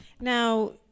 now